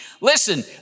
Listen